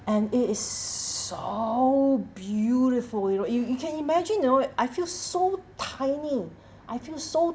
and it is so how beautiful you know you you can imagine you know I feel so tiny I feel so